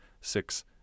six